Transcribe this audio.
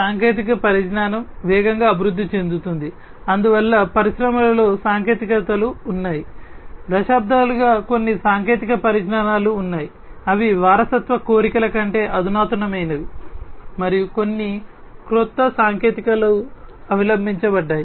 సాంకేతిక పరిజ్ఞానం వేగంగా అభివృద్ధి చెందుతోంది అందువల్ల పరిశ్రమలలో సాంకేతికతలు ఉన్నాయి దశాబ్దాలుగా కొన్ని సాంకేతిక పరిజ్ఞానాలు ఉన్నాయి అవి వారసత్వ కోరికల కంటే అధునాతనమైనవి మరియు కొన్ని కొత్త సాంకేతికతలు అవలంబించబడ్డాయి